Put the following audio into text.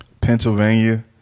pennsylvania